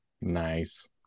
Nice